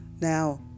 now